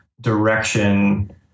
direction